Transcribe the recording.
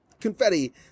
confetti